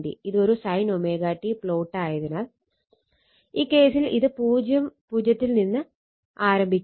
ഇതൊരു sin ω t plot ആയതിനാൽ ഈ കേസിൽ ഇത് 0 യിൽ നിന്ന് ആരംഭിക്കുന്നു